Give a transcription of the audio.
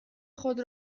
خود